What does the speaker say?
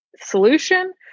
solution